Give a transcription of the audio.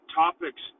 topics